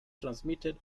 transmitted